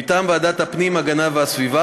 מטעם ועדת הפנים והגנת הסביבה,